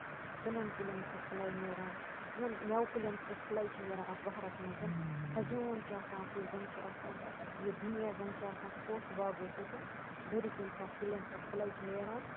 ژٔنن کُلین چھِ پھلے نیران یِمن میوٕ کُلین چھِ سۄ پھلے چھِ نیران اَتھ بَہارَس منٛز سَجان چھِ آسان کُلۍ زن چھُ آسان یہِ دُنیاہ زَن چھُ آسان پوشہٕ باغَو سۭتۍ بٔرِتھ ییمہِ ساتہٕ کُلین سۄ پھلے چھِ نیران